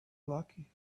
lucky